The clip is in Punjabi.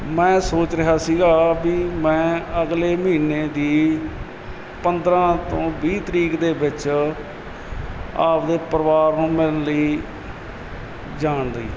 ਮੈਂ ਸੋਚ ਰਿਹਾ ਸੀਗਾ ਵੀ ਮੈਂ ਅਗਲੇ ਮਹੀਨੇ ਦੀ ਪੰਦਰ੍ਹਾਂ ਤੋਂ ਵੀਹ ਤਰੀਕ ਦੇ ਵਿੱਚ ਆਪਣੇ ਪਰਿਵਾਰ ਨੂੰ ਮਿਲਣ ਲਈ ਜਾਣ ਲਈ